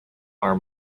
are